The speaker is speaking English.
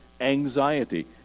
anxiety